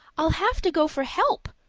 i'll have to go for help,